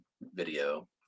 video